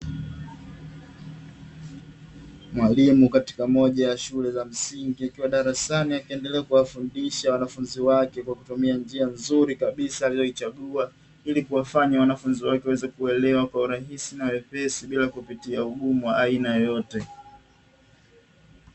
Mwalimu katika moja ya shule za msingi akiwa darasani akiendelea kuwafundisha wanafunzi wake kwa kutumia njia nzuri kabisa aliyoichagua, ili kuwafanya wanafunzi wake waweze kuelewa kwa urahisi na wepesi bila kupitia ugumu wa aina yoyote.